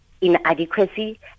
inadequacy